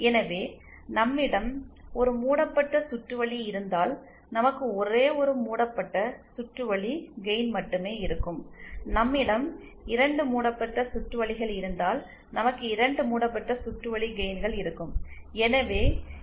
எனவே நம்மிடம் ஒரு மூடப்பட்ட சுற்று வழி இருந்தால் நமக்கு ஒரே ஒரு மூடப்பட்ட சுற்று வழி கெயின் மட்டுமே இருக்கும் நம்மிடம் 2 மூடப்பட்ட சுற்று வழிகள் இருந்தால் நமக்கு 2 மூடப்பட்ட சுற்று வழி கெயின்கள் இருக்கும்